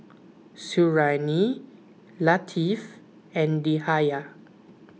Suriani Latif and Dhia